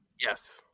Yes